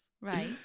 Right